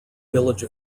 village